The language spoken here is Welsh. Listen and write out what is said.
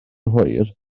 hwyr